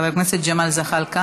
נוכח,